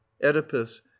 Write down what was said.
oedipus